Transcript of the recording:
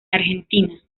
argentina